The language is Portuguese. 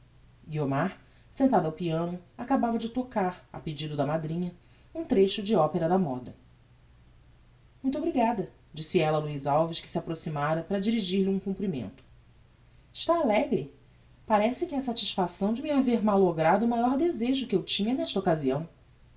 guiomar sentada ao piano acabava de tocar a pedido da madrinha um trecho de opera da moda muito obrigada disse ella a luiz alves que se approximára para dirigir lhe um comprimento está alegre parece que é a satisfação de me haver mallogrado o maior desejo que eu tinha nesta occasião